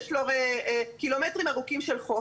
יש קילומטרים ארוכים של חוף,